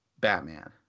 Batman